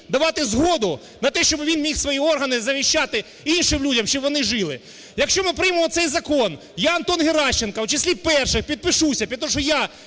давати згоду на те, щоб він міг свої организавіщати іншим людям, щоб вони жили. Якщо ми приймемо цей закон, я, Антон Геращенко, у числі перших підпишуся